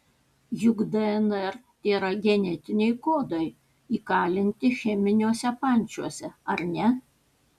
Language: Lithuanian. juk dnr tėra genetiniai kodai įkalinti cheminiuose pančiuose ar ne